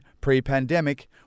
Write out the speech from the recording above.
pre-pandemic